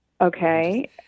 Okay